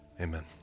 Amen